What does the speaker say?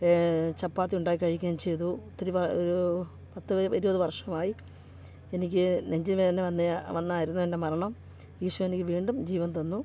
ചപ്പാത്തി ഉണ്ടാക്കി കഴിക്കേം ചെയ്തു ഇത്തിരി വ ഒരു പത്ത് ഇരുപത് വർഷമായി എനിക്ക് നെഞ്ച് വേദന വന്നായിരുന്നു എൻ്റെ മരണം ഈശോ എനിക്ക് വീണ്ടും ജീവൻ തന്നു